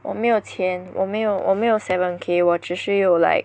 我没有钱我没有我没有 seven K 我只是有 like